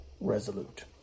resolute